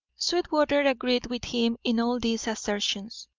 sweetwater agreed with him in all these assertions.